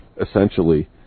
essentially